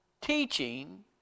teaching